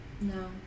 no